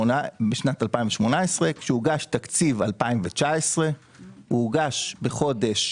כשהוגש תקציב 2019. התקציב הוגש בחודש